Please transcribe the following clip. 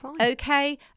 Okay